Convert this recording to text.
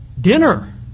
dinner